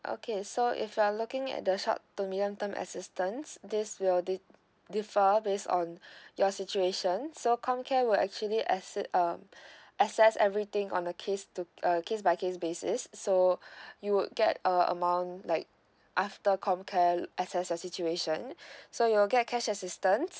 okay so if you are looking at the short to middle term assistance this will th~ differ based on your situation so Comcare will actually acce~ um access everything on a case to uh case by case basis so you would get uh amount like after Comcare assess the situation so you'll get cash assistance